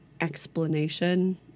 explanation